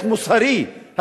קלטו אותם.